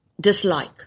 dislike